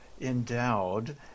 endowed